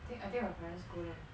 then I think my parents go there